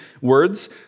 words